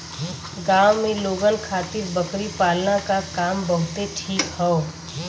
गांव के लोगन खातिर बकरी पालना क काम बहुते ठीक हौ